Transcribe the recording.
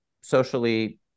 socially